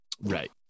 Right